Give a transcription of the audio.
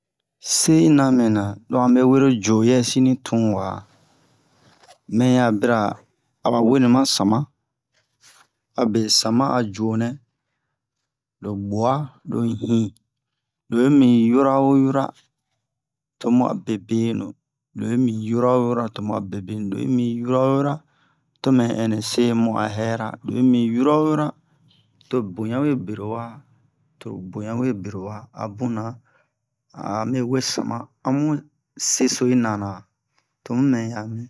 Se yi na mɛna lo a me woro juwo yɛsi ni tun wa mɛ ya bira a ba weni ma sama abe sama a juwo nɛ lo bu'a lo hin lo yi mi yoro wo yoro to mu a be benu lo yi mi yoro wo yoro to mu a be benu lo yi mi yoro wo yoro to mɛ ɛnɛ se mu a hɛra lo yi mi yoro wo yoro to boɲa we bero wa to boɲa we bero wa a buna a me we sama a mu seso yi na nan to mu mɛ ya mi